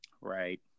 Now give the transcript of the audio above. Right